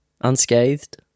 Unscathed